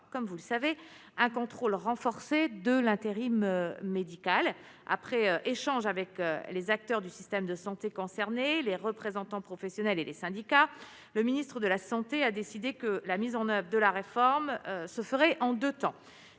comme vous le savez, un contrôle renforcé de l'intérim médical après échange avec les acteurs du système de santé concernés, les représentants professionnels et les syndicats le Ministre de la Santé a décidé que la mise en oeuvre et de la réforme se ferait en 2 temps